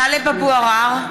טלב אבו עראר,